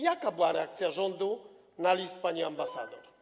Jaka była reakcja rządu na list pani ambasador?